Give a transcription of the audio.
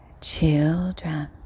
Children